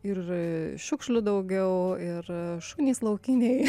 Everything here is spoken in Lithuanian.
ir šiukšlių daugiau ir šunys laukiniai